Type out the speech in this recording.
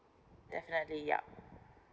definitely yup